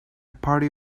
party